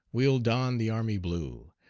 we'll don the army blue.